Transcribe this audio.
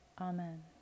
Amen